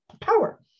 power